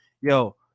yo